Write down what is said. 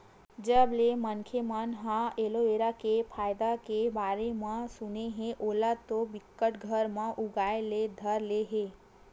जब ले मनखे मन ह एलोवेरा के फायदा के बारे म सुने हे ओला तो बिकट घर म उगाय ले धर ले हे